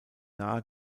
nahe